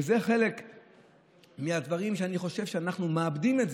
וזה חלק מהדברים שאני חושב שאנחנו מאבדים.